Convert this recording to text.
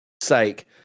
sake